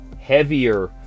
heavier